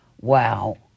Wow